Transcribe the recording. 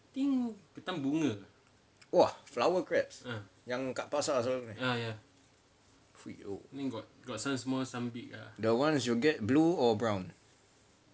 !wah! flower crabs yang kat pasar selalunya fuyoh the ones you get blue or brown